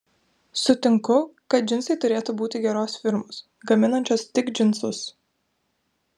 sutinku kad džinsai turėtų būti geros firmos gaminančios tik džinsus